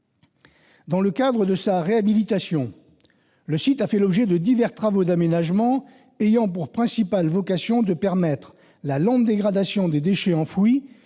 2013. Au titre de sa réhabilitation, le site a fait l'objet de divers travaux d'aménagement, avec, pour objectif principal, de permettre la lente dégradation des déchets enfouis,